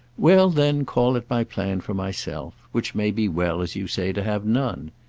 well then call it my plan for myself which may be well, as you say, to have none.